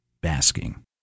basking